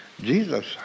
Jesus